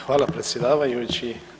Hvala predsjedavajući.